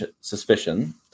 suspicion